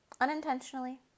Unintentionally